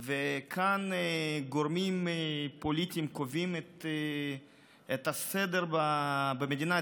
וכאן גורמים פוליטיים קובעים את הסדר במדינה,